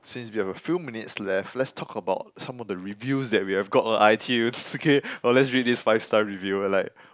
since we have a few minutes left let's talk about some of the reviews that we have got on iTunes okay or let's read this five star reviewer like